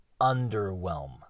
underwhelm